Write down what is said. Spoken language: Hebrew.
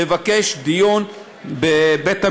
לבקש דיון בבית-המשפט.